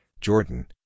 Jordan